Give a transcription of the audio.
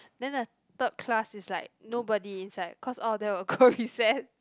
then the third class is like nobody inside cause all of them will go recess